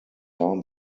down